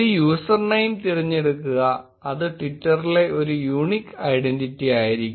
ഒരു യൂസർനെയിം തിരഞ്ഞെടുക്കുക അത് ട്വിറ്ററിലെ ഒരു യൂണിക് ഐഡന്റിറ്റി ആയിരിക്കും